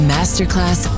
Masterclass